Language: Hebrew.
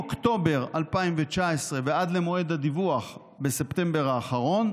מאוקטובר 2019 ועד למועד הדיווח בספטמבר האחרון,